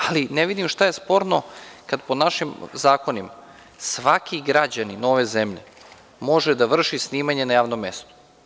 Ali, ne vidim šta je sporno, kad po našim zakonima svaki građanin ove zemlje može da vrši snimanje na javnom mestu?